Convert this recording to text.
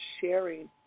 sharing